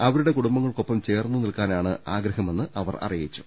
അവരുടെ കുടുംബങ്ങൾക്കൊപ്പം ചേർന്ന് നിൽക്കാനാണ് ആഗ്രഹമെന്ന് അവർ അറിയിച്ചു